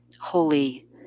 holy